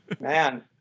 Man